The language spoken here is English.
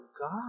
God